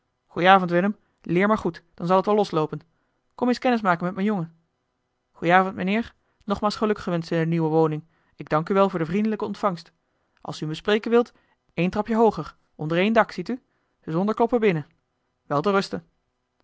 avond willem leer maar goed dan zal het wel losloopen kom eens kennis maken met mijn jongen goeien avond mijnheer nogmaals geluk gewenscht in de nieuwe woning ik dank u wel voor de vriendelijke ontvangst als u me spreken wilt één trapje hooger onder één dak ziet u zonder kloppen binnen